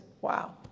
Wow